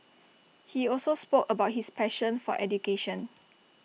he also spoke about his passion for education